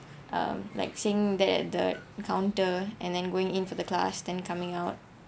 um like saying that at the counter and then going in for the class than coming out